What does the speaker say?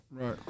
Right